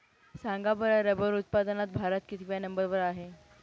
सांगा बरं रबर उत्पादनात भारत कितव्या नंबर वर आहे?